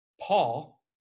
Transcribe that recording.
Paul